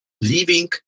leaving